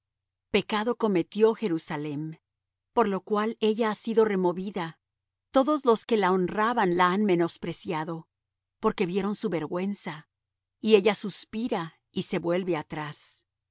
pecado cometió jerusalem por lo cual ella ha sido removida todos los que la honraban la han menospreciado porque vieron su vergüenza y ella suspira y se vuelve atrás